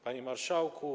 Panie Marszałku!